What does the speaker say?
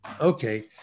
Okay